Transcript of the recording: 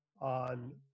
on